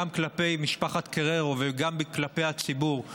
גם כלפי משפחת קררו וגם כלפי הציבור,